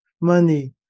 money